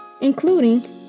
including